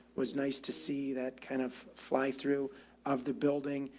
was nice to see that kind of fly through of the building.